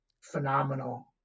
phenomenal